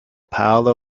paolo